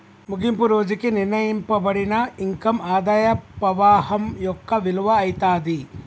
ముగింపు రోజుకి నిర్ణయింపబడిన ఇన్కమ్ ఆదాయ పవాహం యొక్క విలువ అయితాది